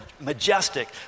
majestic